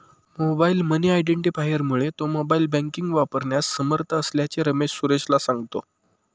mobile money आयडेंटिफायरमुळे तो mobile banking वापरण्यास समर्थ असल्याचे रमेश सुरेशला सांगतो